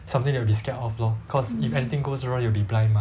something you will be scared of lor cause if anything goes wrong you will be blind mah